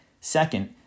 Second